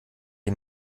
die